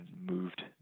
moved